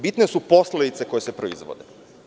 Bitne su posledice koje se proizvode.